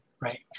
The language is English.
right